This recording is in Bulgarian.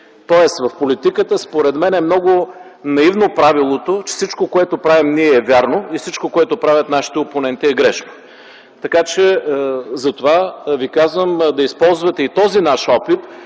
Тоест в политиката според мен е много наивно правилото, че всичко, което правим ние, е вярно и всичко, което правят нашите опоненти, е грешно. Затова ви казвам да използвате и този наш опит